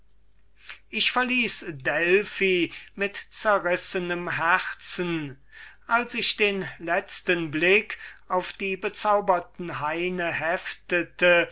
ich verließ delphi mit zerrißnem herzen als ich den letzten blick auf diese bezauberten haine heftete